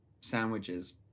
sandwiches